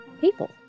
people